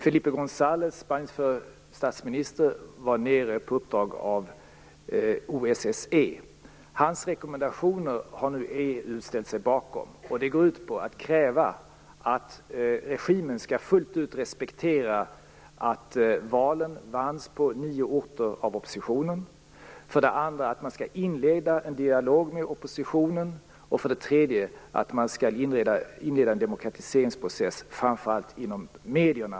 Felipe Gonzáles, f.d. spanske statsministern, har varit där nere på uppdrag av OSSE. Hans rekommendationer har EU nu ställt sig bakom. De går ut på att kräva att regimen fullt ut skall respektera för det första att valen på nio orter vanns av oppositionen, för det andra att man skall inleda en dialog med oppositionen och för det tredje att man skall inleda en demokratiseringsprocess, framför allt i medierna.